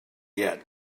get